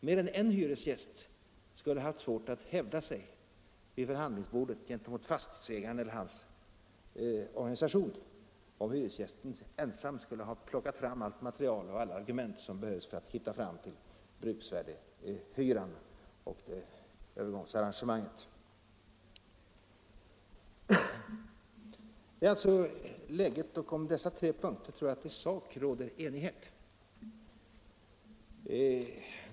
Mer än en hyresgäst skulle ha haft svårt att hävda sig vid förhandlingsbordet gentemot fastighetsägaren eller hans organisation, om hyresgästen ensam skulle ha fått plocka fram allt material och alla argument som behövs för att hitta fram till bruksvärdeshyran och det lämpliga övergångsarrangemanget. Det är alltså läget, och om dessa tre punkter tror jag att det i sak råder enighet.